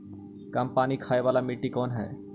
कम पानी खाय वाला मिट्टी कौन हइ?